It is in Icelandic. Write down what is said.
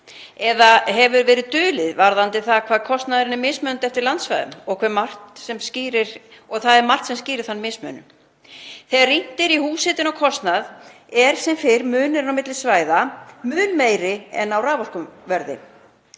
eða hefur verið dulið varðandi það hvað kostnaðurinn er mismunandi eftir landsvæðum og það er margt sem skýrir þann mismun. Þegar rýnt er í húshitunarkostnað er munurinn á milli svæða sem fyrr mun meiri en á raforkuverði.